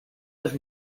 los